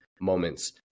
moments